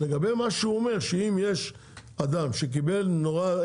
לגבי מה שהוא אומר שאם יש אדם שקיבל נורה,